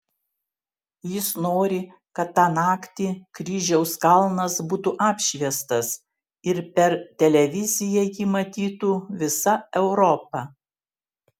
jis nori kad tą naktį kryžiaus kalnas būtų apšviestas ir per televiziją jį matytų visa europa